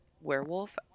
werewolf